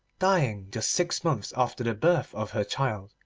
dying just six months after the birth of her child,